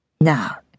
Now